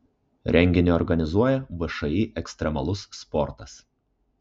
renginį organizuoja všį ekstremalus sportas